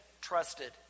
trusted